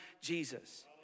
Jesus